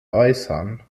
äußern